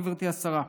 גברתי השרה.